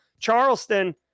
Charleston